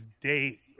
day